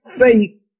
faith